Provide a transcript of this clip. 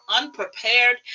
unprepared